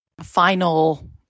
final